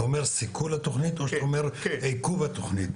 אתה אומר סיכול התוכנית או שאתה אומר עיכוב התוכנית?